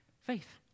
faith